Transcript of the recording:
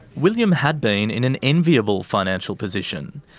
william had been in an enviable financial position.